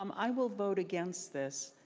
um i will vote against this.